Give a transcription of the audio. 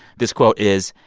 this quote is,